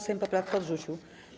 Sejm poprawkę odrzucił.